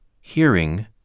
hearing